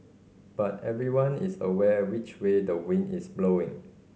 but everyone is aware which way the wind is blowing